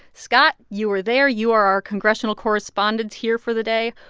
scott, you were there. you are our congressional correspondent here for the day.